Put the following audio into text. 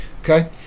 Okay